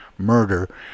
murder